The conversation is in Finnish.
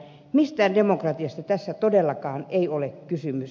mistään demokratiasta tässä todellakaan ei ole kysymys